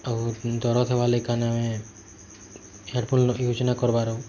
ଆଉ ଦରଜ ହେବା ଲାଗି କାନ ଆମେ ହେଡ଼ଫୋନ୍ ଲୋକେ ୟୁଜ୍ ନାଇ କରବାର୍